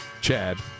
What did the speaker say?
Chad